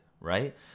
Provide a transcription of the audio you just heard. right